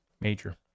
major